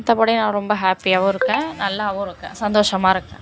மற்றபடி நான் ரொம்ப ஹேப்பியாகவும் இருக்கேன் நல்லாவும் இருக்கேன் சந்தோஷமாக இருக்கேன்